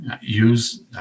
Use